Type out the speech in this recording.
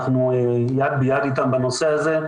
אנחנו יד ביד איתם בנושא הזה.